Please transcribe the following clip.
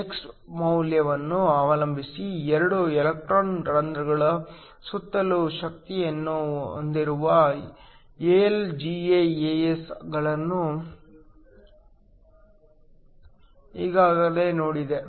X ಮೌಲ್ಯವನ್ನು ಅವಲಂಬಿಸಿ 2 electron hole ಗಳ ಸುತ್ತಲೂ ಶಕ್ತಿಯನ್ನು ಹೊಂದಿರುವ AlGaAs ಗಳನ್ನು ಈಗಾಗಲೇ ನೋಡಿದೆ